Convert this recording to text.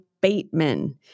Bateman